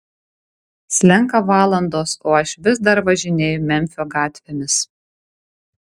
slenka valandos o aš vis dar važinėju memfio gatvėmis